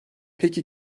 peki